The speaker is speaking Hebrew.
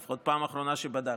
לפחות פעם אחרונה שבדקתי.